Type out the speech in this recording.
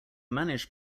managed